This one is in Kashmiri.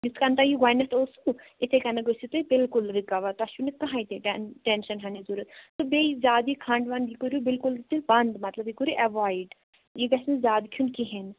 یِتھٕ کٔنۍ تۄہہِ یہِ گۄڈنٮ۪تھ اوسوٕ یِتھٕے کٔنٮ۪تھ گٔژھِو تُہی بِلکُل رِکاوَر تۄہہِ چھُو نہٕ کٕہٕںٛۍ تہِ ٹٮ۪ن ٹٮ۪نشن ہٮ۪نٕچ ضروٗرت تہٕ بیٚیہِ زیادٕ یہِ کھنٛڈ وَنٛڈ یہِ کٔرِو بِلکُل تُہی بَنٛد مطلب یہِ کٔرِو ایٚوایِڈ یہِ گَژھِنہٕ زیادٕ کھیٚون کِہیٖنٛۍ